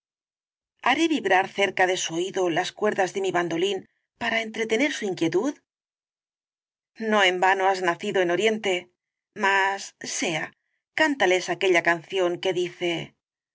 haré vibrar cerca de su oído las cuerdas de mi bandolín para entretener su inquietud no en vano has nacido en oriente mas sea cántales aquella canción que dice